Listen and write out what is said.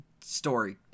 story